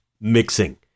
Mixing